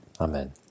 Amen